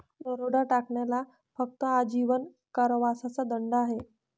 दरोडा टाकण्याला फक्त आजीवन कारावासाचा दंड आहे